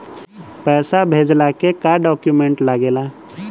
पैसा भेजला के का डॉक्यूमेंट लागेला?